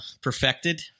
perfected